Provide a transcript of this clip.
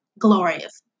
glorious